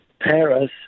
Paris